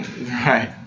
Right